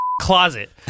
closet